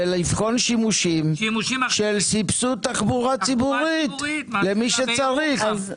ולבחון שימושים של סבסוד תחבורה ציבורית למי שצריך.